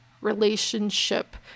relationship